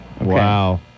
Wow